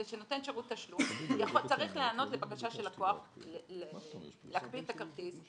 זה שנותן שרות תשלום צריך להיענות לבקשה של לקוח להקפיא את הכרטיס,